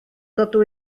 dydw